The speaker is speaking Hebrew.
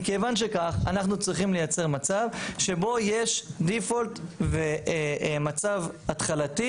מכיוון שכך אנחנו צריכים לייצר מצב שבו יש דיפולט ומצב התחלתי